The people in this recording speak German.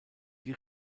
die